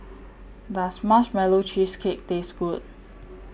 Does Marshmallow Cheesecake Taste Good